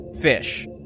fish